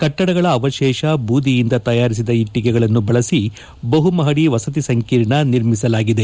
ಕಟ್ಟಡಗಳ ಅವಶೇಷ ಬೂದಿಯಿಂದ ತಯಾರಿಸಿದ ಇಟ್ಟಿಗೆಗಳನ್ನು ಬಳಸಿ ಬಹುಮಹದಿ ವಸತಿ ಸಂಕೀರ್ಣ ನಿರ್ಮಿಸಲಾಗಿದೆ